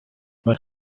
but